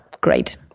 Great